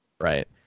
right